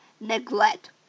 Neglect